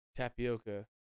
Tapioca